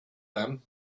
them